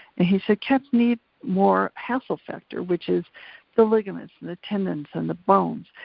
and he said cats need more hassle factor which is the ligaments and the tendons and the bones,